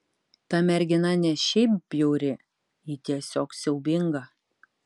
ta mergina ne šiaip bjauri ji tiesiog siaubinga